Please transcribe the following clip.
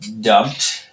dumped